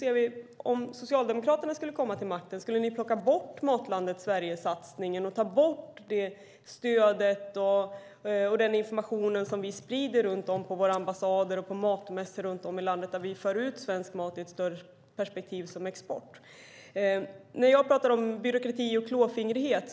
Skulle ni socialdemokrater om ni kom till makten plocka bort satsningen på Matlandet Sverige och ta bort det stödet och den information som vi sprider på Sveriges ambassader och på matmässor runt om i landet? Vi för där ut information om svensk mat i ett exportperspektiv. Jag talar om att minska byråkrati och klåfingrighet.